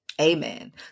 Amen